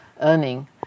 earning